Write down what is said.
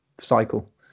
cycle